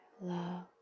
love